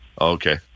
Okay